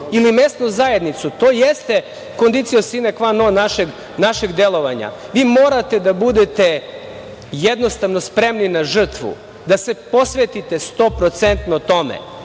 ili mesnu zajednicu, to jeste condition sine qua non našeg delovanja. Vi morate da budete jednostavno spremni na žrtvu, da se 100% posvetite tome